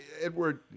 Edward